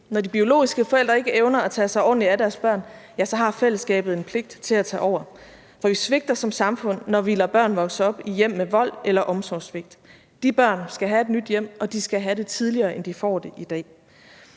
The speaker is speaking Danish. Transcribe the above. Når de biologiske forældre ikke evner at tage sig ordentligt af deres børn, ja, så har fællesskabet en pligt til at tage over, for vi svigter som samfund, når vi lader børn vokse op i hjem med vold eller omsorgssvigt. De børn skal have et nyt hjem, og de skal have det tidligere, end de får det i dag.